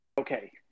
Okay